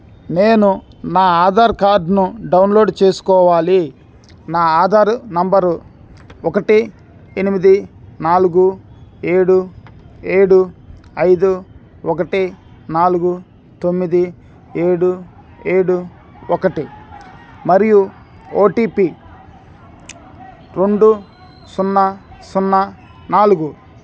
నేను నా ఆధార్ కార్డ్ను డౌన్లోడ్ చేసుకోవాలి నా ఆధారు నెంబరు ఒకటి ఎనిమిది నాలుగు ఏడు ఏడు ఐదు ఒకటి నాలుగు తొమ్మిది ఏడు ఏడు ఒకటి మరియు ఓ టీ పీ రెండు సున్నా సున్నా నాలుగు